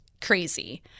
crazy